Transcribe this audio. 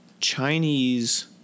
Chinese